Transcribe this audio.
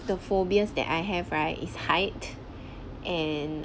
the phobias that I have right is height and